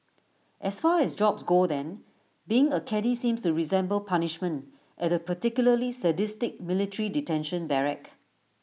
as far as jobs go then being A caddie seems to resemble punishment at A particularly sadistic military detention barrack